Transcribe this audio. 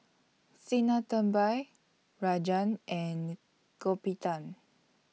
Sinnathamby Rajan and